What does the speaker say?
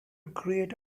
create